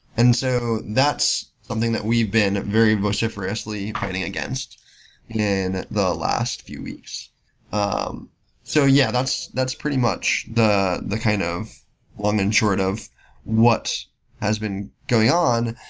and so that's something that we've been very vociferously fighting against yeah in the last few weeks um so yeah, that's that's pretty much the the kind of long and short of what has been going on.